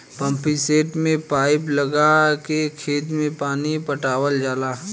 pumpset में pipe लगा के खेत में पानी पटावल जाला